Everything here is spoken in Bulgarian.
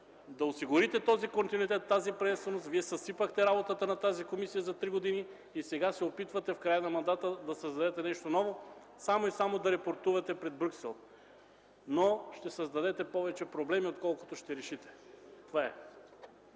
да осигурите тази приемственост, Вие съсипахте работата на тази комисия за три години и сега се опитвате, в края на мандата, да създадете нещо ново само и само да рапортувате пред Брюксел, но ще създадете повече проблеми, отколкото ще решите. Това е.